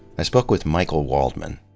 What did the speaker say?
i spoke with michael waldman.